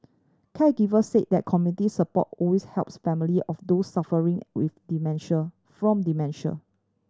caregivers said that community support always helps family of those suffering with dementia from dementia